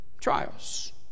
trials